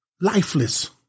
lifeless